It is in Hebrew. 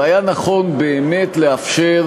והיה נכון באמת לאפשר